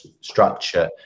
structure